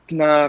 na